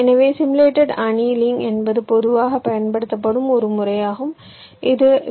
எனவே simulated annealing என்பது பொதுவாகப் பயன்படுத்தப்படும் ஒரு முறையாகும் இது வி